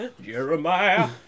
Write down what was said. Jeremiah